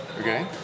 Okay